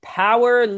power